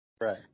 right